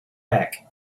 back